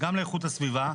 גם לאיכות הסביבה,